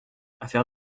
affaire